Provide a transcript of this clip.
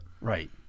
Right